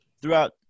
throughout